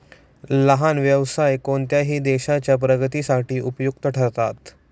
लहान व्यवसाय कोणत्याही देशाच्या प्रगतीसाठी उपयुक्त ठरतात